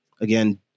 again